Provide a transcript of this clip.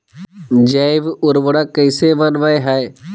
जैव उर्वरक कैसे वनवय हैय?